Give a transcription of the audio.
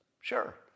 Sure